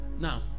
now